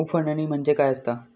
उफणणी म्हणजे काय असतां?